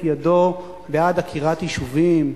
אף אחד מהציונות הדתית המאורגנת לא הרים את ידו בעד עקירת יישובים.